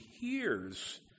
hears